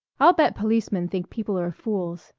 i'll bet policemen think people are fools,